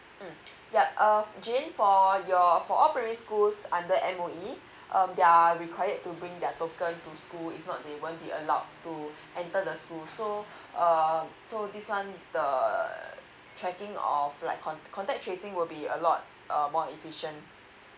mm yup uh jane for your for all primary schools under M_O_E um they are required to bring their token to school if not they won't be allowed to enter the school so uh so this one the err tracking of like contact tracing will be a lot uh more efficient